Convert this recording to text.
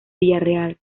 villarreal